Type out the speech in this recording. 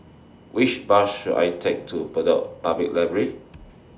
Which Bus should I Take to Bedok Public Library